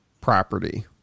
property